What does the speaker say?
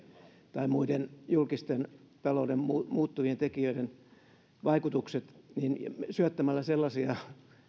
tai muiden julkisen talouden muuttuvien tekijöiden vaikutukset niin syöttämällä sellaisia